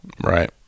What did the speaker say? right